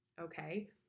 Okay